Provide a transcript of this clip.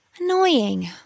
Annoying